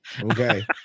Okay